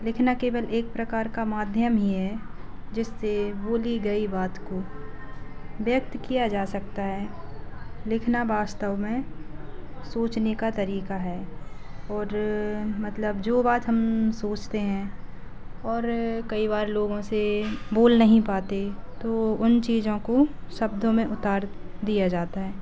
लिखना केवल एक प्रकार का माध्यम ही है जिसमें बोली गई बात को व्यक्त किया जा सकता है लिखना वास्तव में सोचने का तरीका है और मतलब जो बात हम सोचते हैं और कई बार लोगों से बोल नहीं पाते तो उन चीज़ों को शब्दों में उतार दिया जाता है